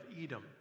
Edom